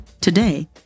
Today